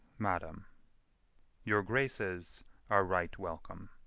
madam your graces are right welcome.